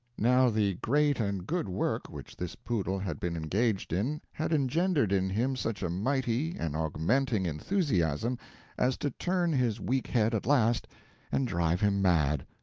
now the great and good work which this poodle had been engaged in had engendered in him such a mighty and augmenting enthusiasm as to turn his weak head at last and drive him mad.